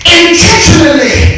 intentionally